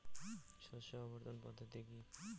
শস্য আবর্তন পদ্ধতি কি?